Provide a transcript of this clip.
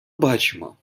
бачимо